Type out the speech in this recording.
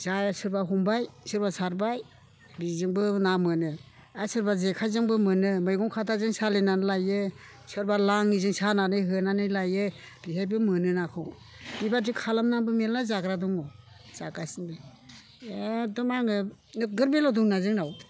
जा सोरबा हमबाय सोरबा सारबाय बिजोंबो ना मोनो आर सोरबा जेखाइजोंबो मोनो मैगं खादाजों सालिनानै लायो सोरबा लाङिजों सानानै होनानै लायो बिहायबो मोनो नाखौ बिबादि खालामनानैबो मेरला जाग्रा दङ जागासिनो एखदम आङो नोगोद बेद्लाव दङना जोंनाव